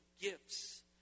gifts